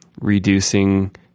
reducing